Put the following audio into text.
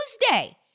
Tuesday